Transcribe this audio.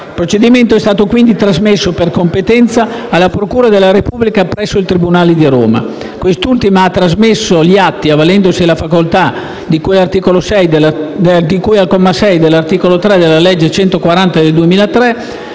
il procedimento è stato quindi trasmesso per competenza territoriale alla procura della Repubblica presso il tribunale di Roma. Quest'ultima ha trasmesso gli atti - avvalendosi della facoltà di cui al comma 6 dell'articolo 3 della legge n. 140 del 2003